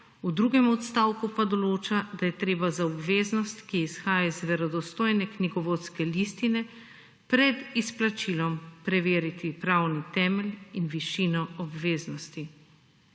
v drugem odstavku pa določa, da je treba za obveznost, ki izhaja iz verodostojne knjigovodske listine pred izplačilom preveriti pravni temelj in višino obveznosti.